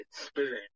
experience